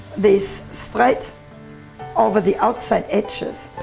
this straight over the outside edges,